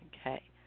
Okay